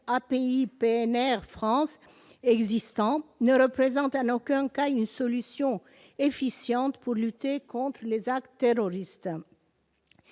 API-PNR France », ne représente en aucun cas une solution efficace pour lutter contre les actes terroristes.